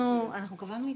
אנחנו נקבע איתכם,